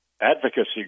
advocacy